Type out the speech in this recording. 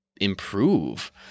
improve